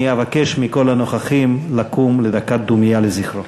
אני אבקש מכל הנוכחים לקום לדקת דומייה לזכרו.